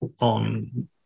on